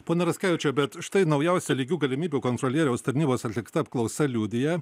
pone raskevičiau bet štai naujausia lygių galimybių kontrolieriaus tarnybos atlikta apklausa liudija